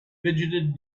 fidgeted